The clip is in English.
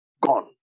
gone